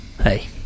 Hey